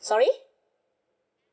sorry